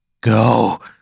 go